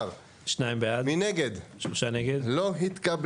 הצבעה בעד, 2 נגד, 3 נמנעים, 0 הרביזיה לא התקבלה.